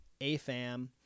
AFAM